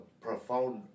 profound